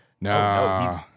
No